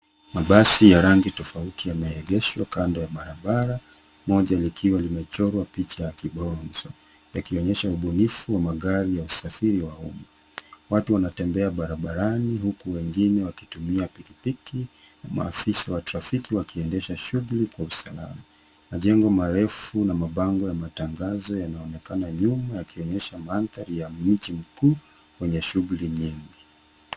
Mabasi ya rangi tofauti yameegeshwa kando ya barabara moja likiwa limechorwa picha ya kibonzo yakionyesha ubunifu wa magari ya usafiri wa ummma. Watu wanatembea barabarani huku wengine wakitumia pikipiki maafisa wa trafiki wakiendesha shughuli kwa usalama. Majengo marefu na mabango ya matangazo yanaonekana nyuma yakionyesha mandhari ya mji mkuu wenye shughuli nyingi.